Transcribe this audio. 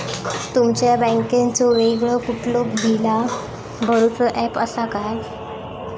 तुमच्या बँकेचो वेगळो कुठलो बिला भरूचो ऍप असा काय?